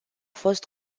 fost